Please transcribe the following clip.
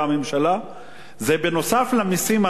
נוסף על המסים הנוספים העקיפים,